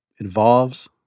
involves